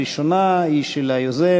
הראשונה היא של היוזם,